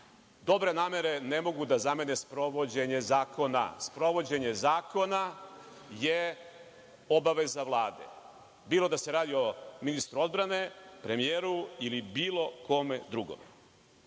Dobre namere ne mogu da zamene sprovođenje zakona. Sprovođenje zakona je obaveza Vlade, bilo da se radi o ministru odbrane, premijeru ili bilo kome